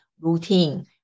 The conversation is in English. routine